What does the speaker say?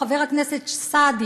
חבר הכנסת סעדי,